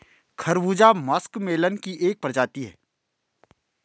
खरबूजा मस्कमेलन की एक प्रजाति है